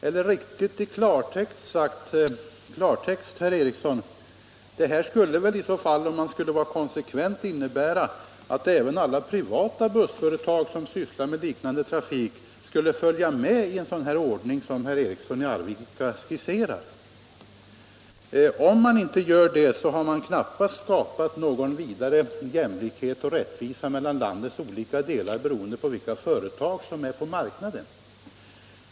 Eller i klartext, herr Eriksson i Arvika: Om man skulle vara konsekvent skulle väl det innebära att även alla privata bussföretag skulle följa med i en sådan ordning som herr Eriksson i Arvika skisserar? I annat fall har man knappast skapat någon vidare jämlikhet och rättvisa mellan landets olika delar, utan man får en olikhet beroende på vilket företag som trafikerar området.